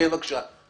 כן, בבקשה.